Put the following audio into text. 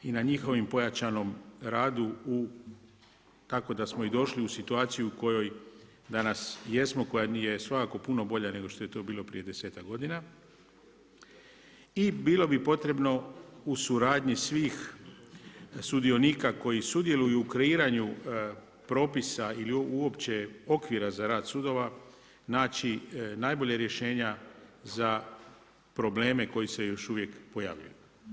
I na njihovom pojačanom radu tako da smo i došli u situaciju u kojoj danas jesmo, koja je svakako puno bolja nego što je to bilo prije desetak godina i bilo bi potrebno u suradnji svih sudionika koji sudjeluju u kreiranju propisa ili uopće okvira za rad sudova naći najbolja rješenja za probleme koji se još uvijek pojavljuju.